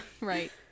right